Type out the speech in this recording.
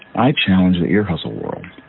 i challenge the ear hustle world.